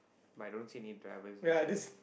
but I don't see any drivers inside